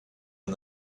and